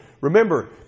remember